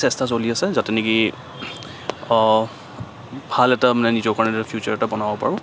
চেষ্টা চলি আছে যাতে নেকি ভাল এটা মানে নিজৰ কাৰণে ফিউচাৰ এটা বনাব পাৰো